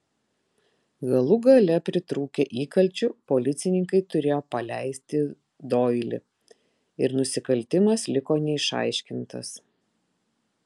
galų gale pritrūkę įkalčių policininkai turėjo paleisti doilį ir nusikaltimas liko neišaiškintas